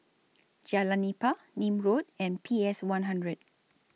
Jalan Nipah Nim Road and P S one hundred